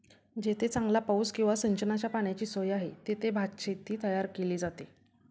जेथे चांगला पाऊस किंवा सिंचनाच्या पाण्याची सोय आहे, तेथे भातशेती तयार केली जाते